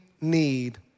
need